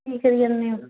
ਕੀ ਕਰੀ ਜਾਂਦੇ ਹੋ